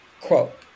quote